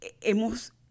hemos